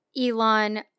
Elon